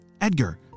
Edgar